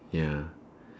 ya